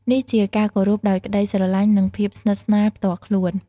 នេះជាការគោរពដោយក្តីស្រឡាញ់ និងភាពស្និទ្ធស្នាលផ្ទាល់ខ្លួន។